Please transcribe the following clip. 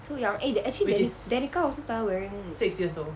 so young eh actually deni~ denika also started wearing